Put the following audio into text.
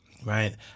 Right